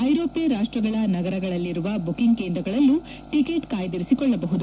ಐರೋಪ್ತ ರಾಷ್ಟಗಳ ನಗರಗಳಲ್ಲಿರುವ ಬುಕಿಂಗ್ ಕೇಂದ್ರಗಳಲ್ಲೂ ಟಿಕೆಟ್ ಕಾಯ್ದಿರಿಸಿಕೊಳ್ಳಬಹುದು